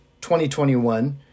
2021